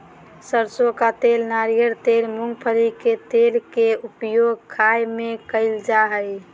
सरसों का तेल नारियल तेल मूंगफली के तेल के उपयोग खाय में कयल जा हइ